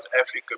Africa